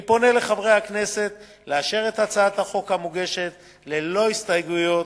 אני פונה לחברי הכנסת לאשר את הצעת החוק המוגשת ללא הסתייגויות